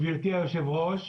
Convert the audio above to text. גברתי היושבת-ראש,